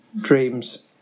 dreams